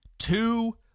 Two